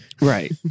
Right